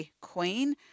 queen